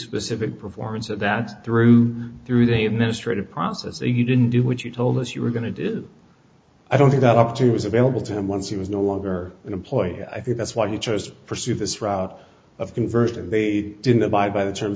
specific performance of that through through they have ministry to process say you didn't do what you told us you were going to do i don't think up to was available to him once he was no longer an employee i think that's why he chose to pursue this route of conversion and they didn't abide by the terms